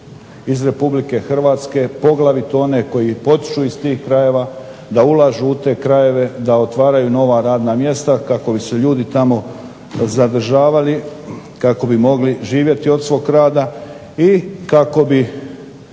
iz Republike Hrvatske poglavito one koji potječu iz tih krajeva da ulažu u te krajeve, da otvaraju nova radna mjesta kako bi se ljudi tamo zadržavali, kako bi mogli živjeti od svog rada i kako bi